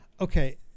Okay